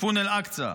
טייפון אל-אקצא.